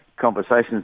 Conversations